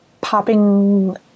popping